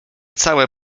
całe